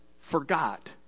forgot